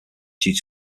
due